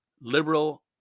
liberal